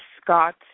Scott